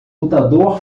lutador